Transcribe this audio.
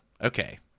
Okay